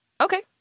Okay